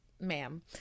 Ma'am